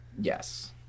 yes